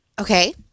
Okay